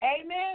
Amen